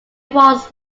walls